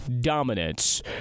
dominance